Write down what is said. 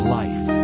life